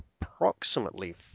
approximately